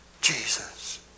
Jesus